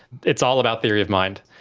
it's all about theory of mind.